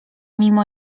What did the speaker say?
mimo